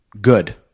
good